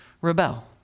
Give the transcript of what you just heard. rebel